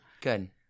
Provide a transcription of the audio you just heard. Good